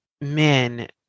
men